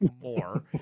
more